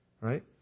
right